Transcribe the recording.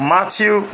Matthew